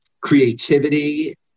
creativity